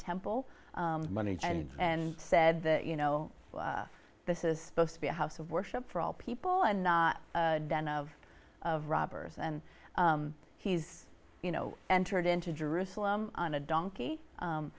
temple money and and said that you know this is supposed to be a house of worship for all people and not den of of robbers and he's you know entered into jerusalem on a donkey